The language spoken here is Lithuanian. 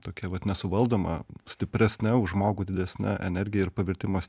tokia vat nesuvaldoma stipresne už žmogų didesne energija ir pavertimas